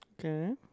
Okay